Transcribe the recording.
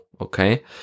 okay